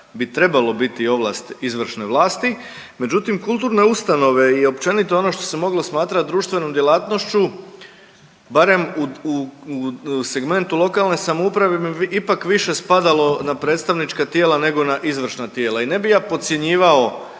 bi trebalo biti ovlast izvršne vlasti, međutim kulturne ustanove i općenito ono što se moglo smatrat društvenom djelatnošću barem u segmentu lokalne samouprave bi ipak više spadalo na predstavnička tijela nego na izvršna tijela. I ne bi ja podcjenjivao